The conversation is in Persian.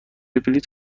بلیط